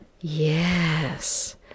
Yes